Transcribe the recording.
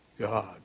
God